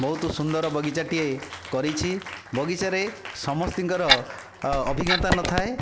ବହୁତ ସୁନ୍ଦର ବଗିଚାଟିଏ କରିଛି ବଗିଚାରେ ସମସ୍ତଙ୍କର ଅଭିଜ୍ଞତା ନଥାଏ